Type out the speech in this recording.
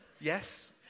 Yes